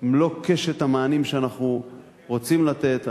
מלוא קשת המענים שאנחנו רוצים לתת,